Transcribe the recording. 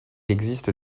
existe